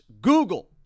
Google